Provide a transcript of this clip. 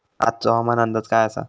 आजचो हवामान अंदाज काय आसा?